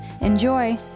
Enjoy